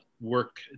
work